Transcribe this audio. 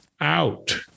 out